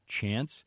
chance